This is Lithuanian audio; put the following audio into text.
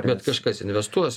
bet kažkas investuos